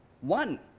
One